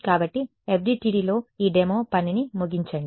కాబట్టి FDTDలో ఈ డెమో పనిని ముగించండి